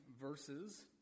verses